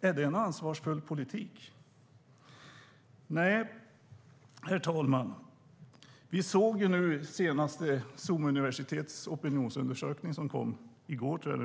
Är det en ansvarsfull politik? Herr talman! Nu senast i SOM-institutets opinionsundersökning som redovisades i går